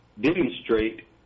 demonstrate